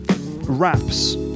raps